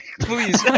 please